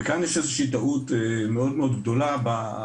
וכאן יש איזה שהיא טעות מאוד מאוד גדולה בהערכה